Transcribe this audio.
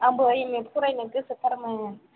आंबो एम ए फरायनो गोसोथारमोन